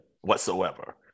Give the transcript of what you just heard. whatsoever